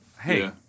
Hey